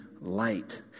light